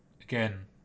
again